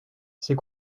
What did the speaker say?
c’est